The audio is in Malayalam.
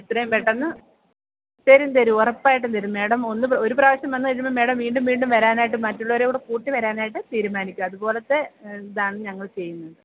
എത്രയും പെട്ടന്ന് തരും തരും ഉറപ്പായിട്ട് തരും മേഡം ഒന്ന് ഒരു പ്രാവശ്യം വന്ന് കഴിയുമ്പം മേഡം വീണ്ടും വീണ്ടും വരാനായിട്ട് മറ്റുള്ളവരെ കൂട്ടി വരാനാട്ട് തീരുമാനിക്കും അതുപോലത്തെ ഇതാണ് ഞങ്ങള് ചെയ്യുന്നത്